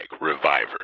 Reviver